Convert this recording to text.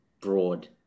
broad